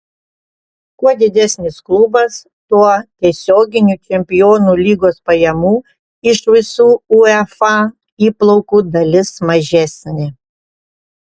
kuo didesnis klubas tuo tiesioginių čempionų lygos pajamų iš visų uefa įplaukų dalis mažesnė